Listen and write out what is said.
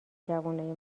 جوونای